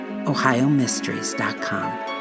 ohiomysteries.com